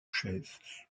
chef